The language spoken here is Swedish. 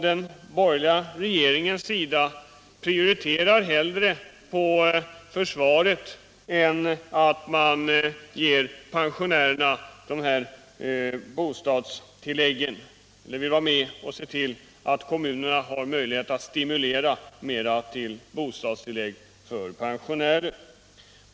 Den borgerliga regeringen prioriterar hellre försvaret än man ser till att kommunerna har möjlighet att ge pensionärerna dessa bostadstillägg.